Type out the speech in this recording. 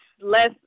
less